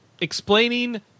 explaining